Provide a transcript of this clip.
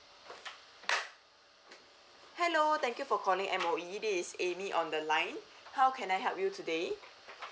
hello thank you for calling M_O_E this is amy on the line how can I help you today